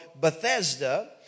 Bethesda